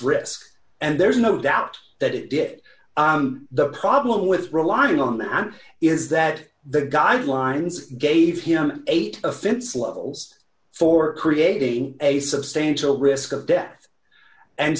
risk and there's no doubt that it did it the problem with relying on them is that the guidelines gave him eight offense levels for creating a substantial risk of death and